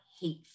hate